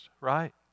right